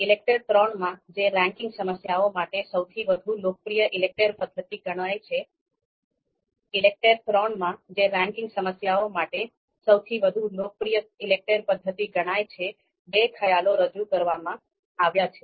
ઈલેકટેર III માં જે ranking સમસ્યાઓ માટે સૌથી વધુ લોકપ્રિય ઈલેકટેર પદ્ધતિ ગણાય છે બે ખ્યાલો રજૂ કરવામાં આવ્યા છે